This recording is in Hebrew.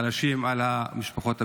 חלשים על משפחות הפשע.